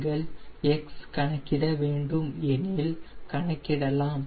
நீங்கள் x கணக்கிட வேண்டும் எனில் கணக்கிடலாம்